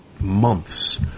months